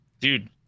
Dude